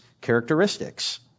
characteristics